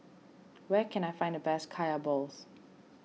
where can I find the best Kaya Balls